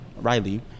Riley